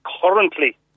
currently